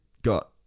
got